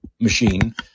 machine